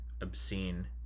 obscene